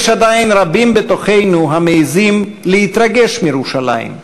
יש עדיין רבים בתוכנו המעזים להתרגש מירושלים,